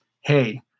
Hey